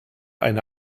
eine